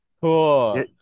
Cool